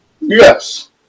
Yes